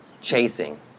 Chasing